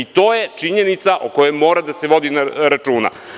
To je činjenica o kojoj mora da se vodi računa.